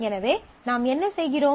எனவே நாம் என்ன செய்கிறோம்